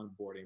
onboarding